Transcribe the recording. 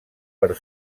per